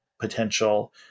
potential